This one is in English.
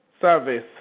service